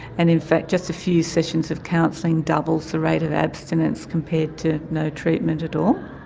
and in fact just a few sessions of counselling doubles the rate of abstinence compared to no treatment at all.